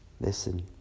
Listen